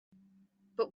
but